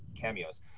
cameos